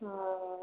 ହଁ ହଁ